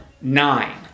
Nine